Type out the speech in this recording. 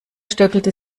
stöckelte